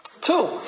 Two